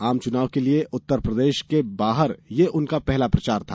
आम चुनाव के लिए उत्तरप्रदेश के बाहर यह उनका पहला प्रचार था